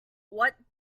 what